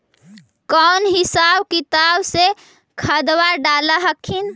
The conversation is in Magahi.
कौन हिसाब किताब से खदबा डाल हखिन?